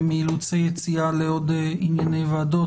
ומאילוץ היציאה לעוד ענייני ועדות,